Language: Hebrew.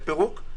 לפירוק,